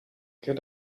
get